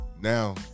now